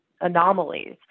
anomalies